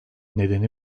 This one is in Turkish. nedeni